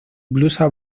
blusa